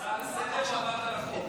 הצעה לסדר-היום או עברת לחוק?